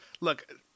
Look